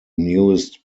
newest